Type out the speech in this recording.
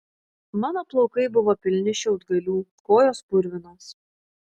mano plaukai buvo pilni šiaudgalių kojos purvinos